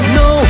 no